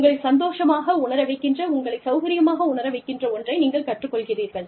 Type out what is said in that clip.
உங்களைச் சந்தோஷமாக உணர வைக்கின்ற உங்களைச் சௌகரியமாக உணர வைக்கின்ற ஒன்றை நீங்கள் கற்றுக் கொள்கிறீர்கள்